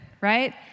right